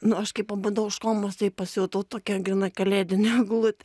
nu aš kai pabudau iš komos tai pasijutau tokia gryna kalėdinė eglutė